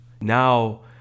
Now